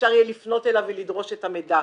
אפשר יהיה לפנות אליו ולדרוש את המידע,